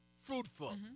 fruitful